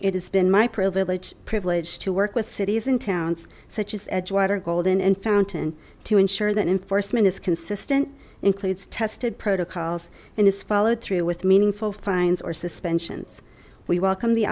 it has been my privilege privilege to work with cities and towns such as edgewater golden and fountain to ensure that enforcement is consistent includes tested protocols and is followed through with meaningful fines or suspensions we welcome the